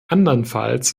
andernfalls